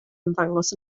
ymddangos